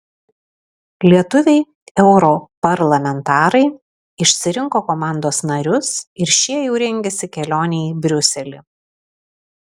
lietuviai europarlamentarai išsirinko komandos narius ir šie jau rengiasi kelionei į briuselį